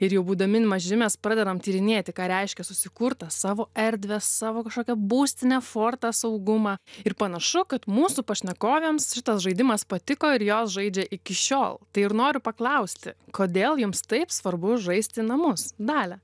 ir jau būdami maži mes pradedam tyrinėti ką reiškia susikurt tą savo erdvę savo kažkokią būstinę fortą saugumą ir panašu kad mūsų pašnekovėms šitas žaidimas patiko ir jos žaidžia iki šiol tai ir noriu paklausti kodėl jums taip svarbu žaisti namus dalia